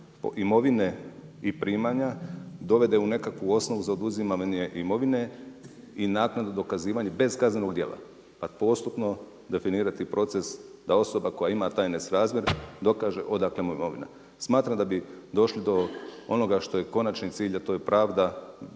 imovine i primanja dovede u nekakvu osnovu za oduzimanje imovine i naknade dokazivanja bez kaznenog dijela, pa postupno definirati proces da osoba koja ima taj nesrazmjer dokaže odakle mu imovina. Smatram da bi došli do onog što je konačni cilj, a to je pravda,